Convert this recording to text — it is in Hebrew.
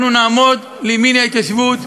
אנחנו נעמוד לימין ההתיישבות.